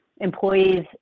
Employees